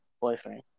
boyfriend